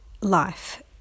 life